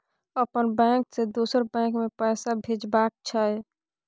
अपन बैंक से दोसर बैंक मे पैसा भेजबाक छै?